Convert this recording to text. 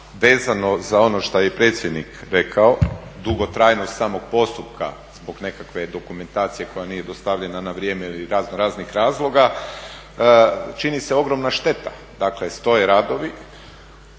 vezano za ono što je i predsjednik rekao dugotrajnost samog postupka zbog nekakve dokumentacije koja nije dostavljena na vrijeme ili raznoraznih razloga čini se ogromna šteta. Dakle, stoje radovi,